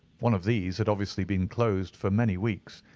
one of these had obviously been closed for many weeks.